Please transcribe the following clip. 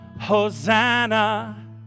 hosanna